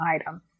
item